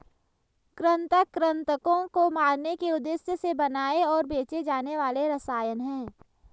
कृंतक कृन्तकों को मारने के उद्देश्य से बनाए और बेचे जाने वाले रसायन हैं